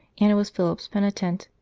anna was philip s penitent,